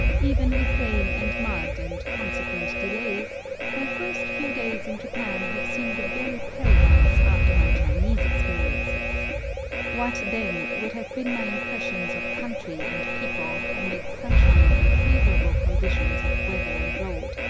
even with rain and mud and consequent delays my first few days in japan have seemed a very paradise after my chinese experiences what, then, would have been my impressions of country and people amid sunshine and favorable conditions of weather and road,